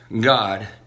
God